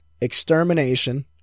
Extermination